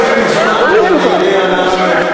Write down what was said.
המסר עבר, העברת את המסר.